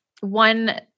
one